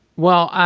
well,